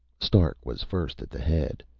stark was first at the head.